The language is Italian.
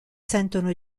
sentono